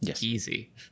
Easy